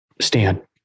Stan